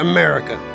America